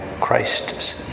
Christ's